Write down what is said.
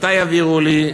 מתי יעבירו לי,